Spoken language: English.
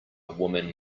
woman